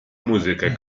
muzykę